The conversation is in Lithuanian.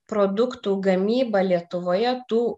produktų gamyba lietuvoje tų